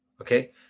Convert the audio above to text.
Okay